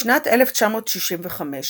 בשנת 1965,